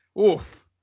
Oof